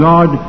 God